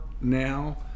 now